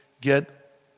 get